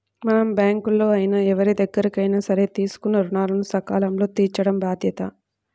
మనం బ్యేంకుల్లో అయినా ఎవరిదగ్గరైనా సరే తీసుకున్న రుణాలను సకాలంలో తీర్చటం బాధ్యత